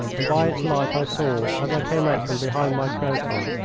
and by its light i saw, as i came out from behind my curtain,